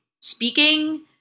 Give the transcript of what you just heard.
speaking